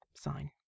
sign